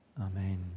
Amen